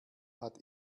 hat